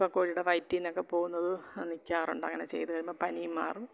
അപ്പം കോഴിയുടെ വയറ്റിൽനിന്ന് ഒക്കെ പോവുന്നത് നിൽക്കാറുണ്ട് അങ്ങനെ ചെയ്ത് കഴിയുമ്പം പനിയും മാറും